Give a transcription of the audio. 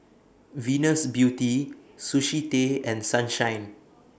Venus Beauty Sushi Tei and Sunshine